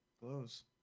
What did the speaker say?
Close